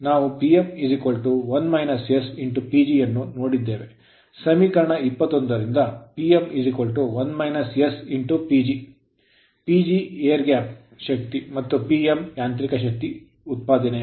ಸಮೀಕರಣ 21 ರಿಂದ Pm 1 - s PG PG air gap ವಾಯು ಅಂತರದ ಶಕ್ತಿ ಮತ್ತು Pm ಯಾಂತ್ರಿಕ ಶಕ್ತಿ ಉತ್ಪಾದನೆಯಾಗಿದೆ